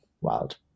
wild